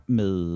med